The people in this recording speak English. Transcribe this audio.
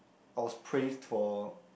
I was praised for